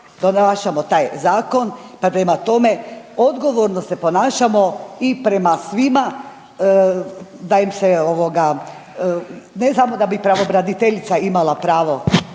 donašamo taj zakon, pa prema tome odgovorno se ponašamo i prema svima da im se ovoga, ne samo da bi pravobraniteljica imala pravo